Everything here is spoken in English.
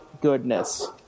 goodness